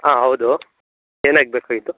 ಹಾಂ ಹೌದು ಏನಾಗಬೇಕಾಗಿತ್ತು